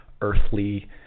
earthly